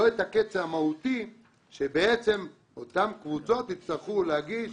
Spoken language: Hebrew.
לא את הקץ המהותי שאותן קבוצות יצטרכו להגיש